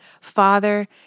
Father